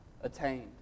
attained